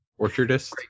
Orchardist